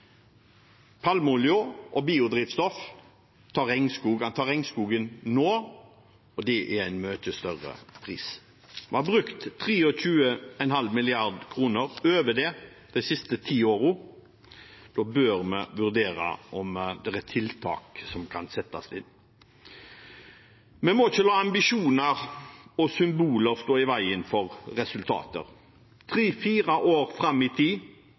og biodrivstoff tar regnskog nå, og det er en mye større pris. Vi har brukt 23,5 mrd. kr – og over det – de siste ti årene. Da bør vi vurdere om det er tiltak som kan settes inn. Vi må ikke la ambisjoner og symboler stå i veien for resultater. Tre til fire år fram i tid